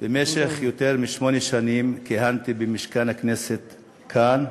במשך יותר משמונה שנים כיהנתי במשכן הכנסת כאן,